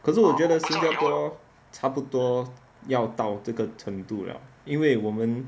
可是我觉得新加坡差不多要到这个程度了因为我们